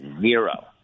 Zero